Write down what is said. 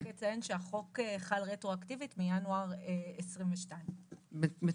אני רק אציין שהחוק חל רטרואקטיבית מינואר 2022. מצוין.